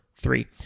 three